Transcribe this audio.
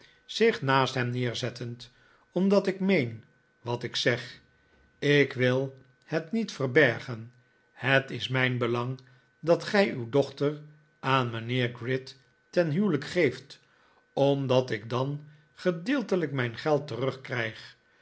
zich naast hem neerzettend omdat ik meen wat ik zeg ik wil het niet verbergen het is mijn belang dat gij uw dochter aan mijnheer gride ten huwelijk geeft omdat ik dan gedeeltelijk mijn geld terugkrijg